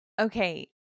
Okay